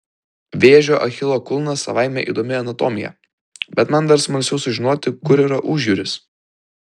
vėžio achilo kulnas savaime įdomi anatomija bet man dar smalsiau sužinoti kur yra užjūris